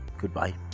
Goodbye